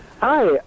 Hi